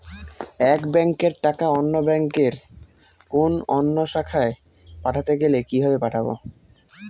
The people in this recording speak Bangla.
এক ব্যাংকের টাকা অন্য ব্যাংকের কোন অন্য শাখায় পাঠাতে গেলে কিভাবে পাঠাবো?